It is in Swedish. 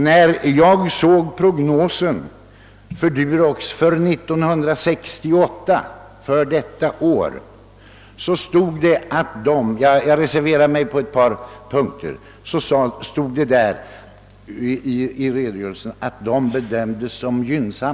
När jag såg prognosen för Durox för 1968 stod det — jag reserverar mig på ett par punkter — att den bedömdes vara gynnsam.